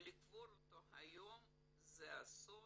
ולקבור אותו היום זה אסון,